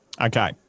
Okay